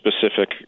specific